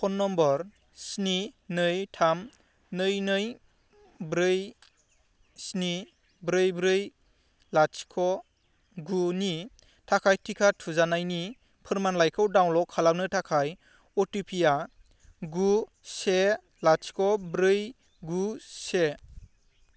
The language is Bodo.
फ'न नम्बर स्नि नै थाम नै नै ब्रै स्नि ब्रै ब्रै लाथिख' गुनि थाखाय टिका थुजानायनि फोरमानलाइखौ डाउनल'ड खालामनो थाखाय अटिपि आ गु से लाथिख' ब्रै गु से